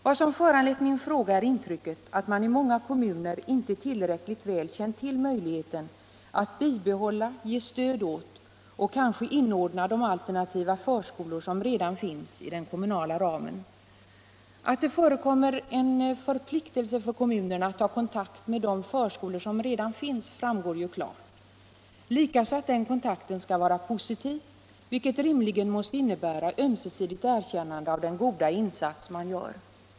Vad som föranlett min fråga är intrycket att mån i många kommuner inte tillräckligt väl känt till möjligheten att bibehålla, ge stöd åt och kanske inordna de alternativa förskolor som redan finns i den kommunala ramen. Att det förekommer en förpliktelse för kommunerna att ta kontakt med de förskolor som redan finns framgår ju klart liksom att den kontakten skall vara positiv, vilket rimligen måste innebära ömsesidigt erkännande av den goda insats som görs.